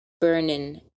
burning